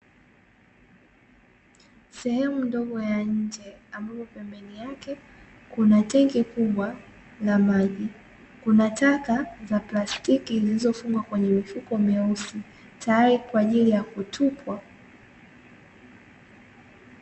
Sehemu ndogo ya nje ambapo pembeni yake kuna tenki kubwa la maji, kuna taka za plastiki zilizofungwa kwenye mifuko meusi tayari kwa ajili ya kutupwa.